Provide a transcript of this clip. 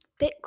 Bitcoin